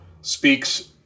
speaks